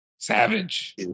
Savage